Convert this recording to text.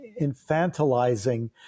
infantilizing